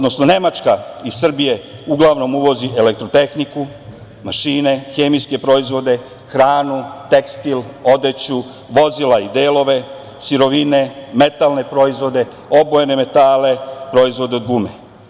Nemačka iz Srbije uglavnom uvozi elektrotehniku, mašine, hemijske proizvode, hranu, tekstil, odeću, vozila i delove, sirovine, metalne proizvode, obojene metale, proizvode od gume.